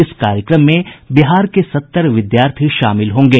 इस कार्यक्रम में बिहार के सत्तर विद्यार्थी शामिल होंगे